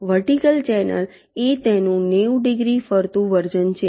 vertical channel એ તેનું નેવું ડિગ્રી ફરતું વર્ઝન છે